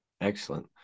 Excellent